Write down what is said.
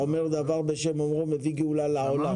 האומר דבר בשם אומרו מביא גאולה לעולם.